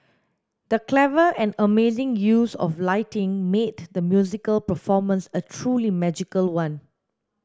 the clever and amazing use of lighting made the musical performance a truly magical one